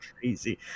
crazy